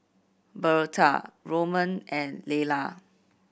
Birtha Roman and Layla